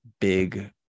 big